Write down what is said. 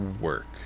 work